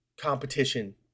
competition